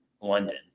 London